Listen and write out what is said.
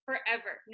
forever